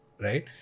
right